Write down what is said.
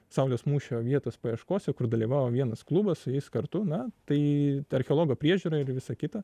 saulės mūšio vietos paieškose kur dalyvavo vienas klubas su jais kartu na tai archeologo priežiūra ir visa kita